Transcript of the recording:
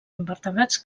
invertebrats